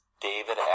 David